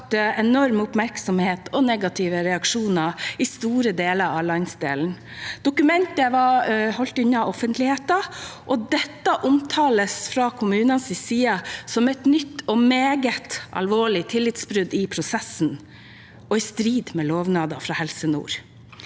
har skapt enorm oppmerksomhet og negative reaksjoner i store deler av landsdelen. Dokumentet var holdt unna offentligheten. Dette omtales fra kommunens side som et nytt og meget alvorlig tillitsbrudd i prosessen og i strid med lovnaden fra Helse Nord.